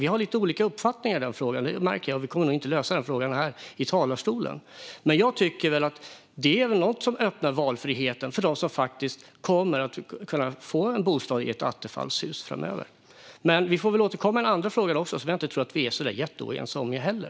Vi har lite olika uppfattningar i den frågan. Det märker jag. Vi kommer nog inte att lösa den frågan här i talarstolen. Det är något som öppnar valfriheten för dem som kommer att kunna få en bostad i ett attefallshus framöver. Vi får väl återkomma till den andra frågan, som jag inte tror att vi är så jätteoense om heller.